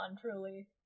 truly